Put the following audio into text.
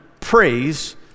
praise